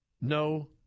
No